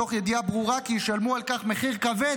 מתוך ידיעה ברורה כי ישלמו על כך מחיר כבד,